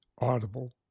audible